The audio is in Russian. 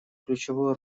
ключевую